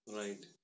Right